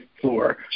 floor